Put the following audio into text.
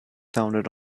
sounded